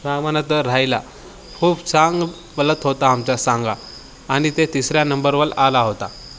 सामाना तर राहिला खूप चांगला पळत होता आमचा सांगा आणि ते तिसऱ्या नंबरवरल आला होता